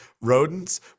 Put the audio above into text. rodents